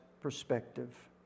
perspective